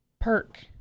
perk